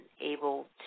able